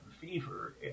Fever